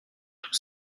tous